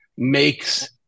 makes